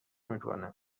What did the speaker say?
میکنه